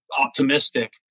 optimistic